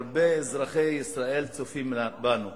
הרבה אזרחי ישראל צופים בנו,